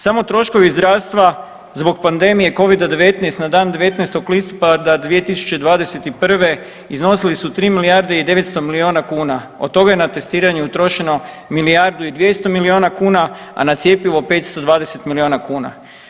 Samo troškovi zdravstva zbog pandemije Covida-19 na dan 19. listopada 2021. iznosili su 3 milijarde i 900 milijuna kuna, od toga je na testiranje utrošeno milijardu i 200 milijuna kuna, a na cjepivo 520 milijuna kuna.